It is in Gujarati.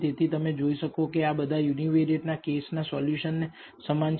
તેથી તમે જોઈ શકો છો કે આ યુનીવેરીયેટ ના કેસ ના સોલ્યુશન ને સમાન છે